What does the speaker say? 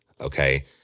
okay